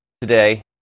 today